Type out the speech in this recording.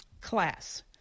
class